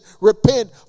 repent